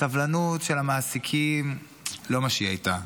הסבלנות של המעסיקים לא מה שהיא הייתה,